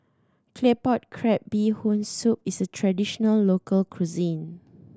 Claypot Crab Bee Hoon Soup is a traditional local cuisine